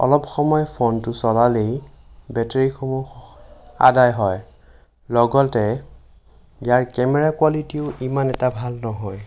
অলপসময় ফোনটো চলালেই বেটাৰীসমূহ আদায় হয় লগতে ইয়াৰ কেমেৰা কোৱালিটিও ইমান এটা ভাল নহয়